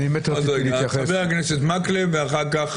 חבר הכנסת מקלב; ואחר כך